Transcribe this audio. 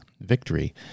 victory